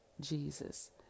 Jesus